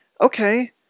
Okay